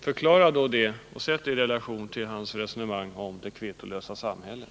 Förklara detta, och sätt det i relation till resonemanget om det kvittolösa samhället!